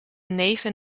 neven